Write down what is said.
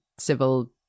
civil